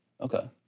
okay